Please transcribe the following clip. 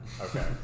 Okay